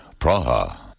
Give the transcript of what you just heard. Praha